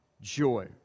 joy